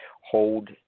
hold